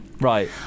Right